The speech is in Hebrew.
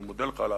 אני מודה לך.